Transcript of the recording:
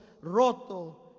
roto